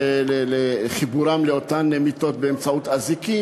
חיבור למיטות באמצעות אזיקים,